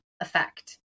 effect